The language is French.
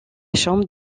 chambre